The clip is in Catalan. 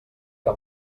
que